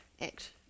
act